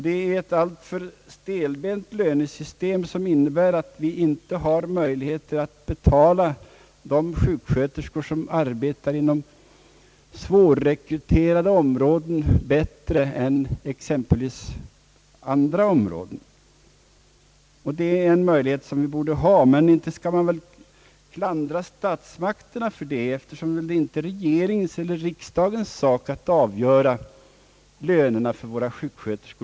Det är ett alltför stelbent lönesystem som innebär att vi inte har möjligheter att betala de sjuksköterskor som arbetar inom svårrekryterade områden bättre än exempelvis anställda inom andra områden. Det är en möjlighet som vi borde ha. Man bör dock inte klandra statsmakterna för detta förhållande, eftersom det inte är regeringens eller riksdagens sak att bestämma lönerna för våra sjuksköterskor.